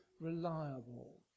reliable